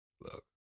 Look